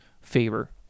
favor